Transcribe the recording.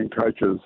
coaches